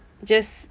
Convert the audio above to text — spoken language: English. just